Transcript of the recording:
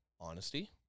honesty